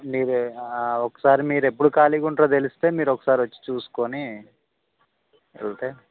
మీరు ఒకసారి మీరు ఎప్పుడు ఖాళీగా ఉంటారో తెలిస్తే మీరు ఒకసారి వచ్చి చూసుకుని వెళ్తే